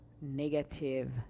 negative